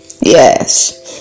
yes